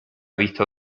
visto